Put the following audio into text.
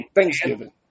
Thanksgiving